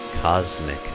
Cosmic